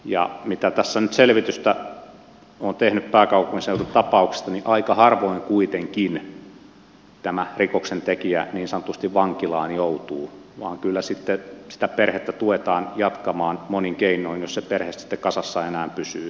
ja mitä tässä nyt selvitystä olen tehnyt pääkaupunkiseudun tapauksista niin aika harvoin kuitenkin tämä rikoksentekijä niin sanotusti vankilaan joutuu vaan kyllä sitten sitä perhettä tuetaan jatkamaan monin keinoin jos se perhe sitten kasassa enää pysyy